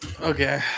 Okay